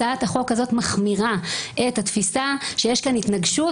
הצעת החוק הזאת מחמירה את התפיסה שיש כאן התנגשות,